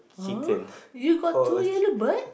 !huh! you got two yellow bird